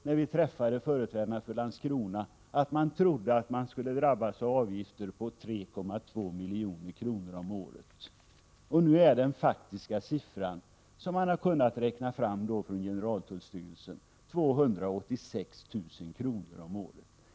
När vi träffade företrädare för Landskrona trodde de att de skulle drabbas av avgifter på 3,2 milj.kr. om året. Den faktiska siffra som generaltullstyrelsen har kunnat räkna fram är 286 000 kr. om året.